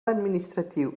administratiu